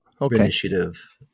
initiative